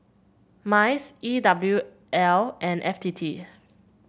MICE E W L and F T T